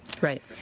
Right